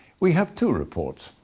we have two reports,